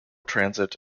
transit